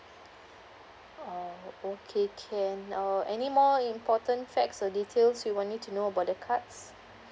oh okay can uh any more important facts or details we will need to know about the cards